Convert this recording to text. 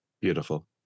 Beautiful